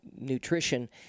nutrition